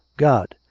god!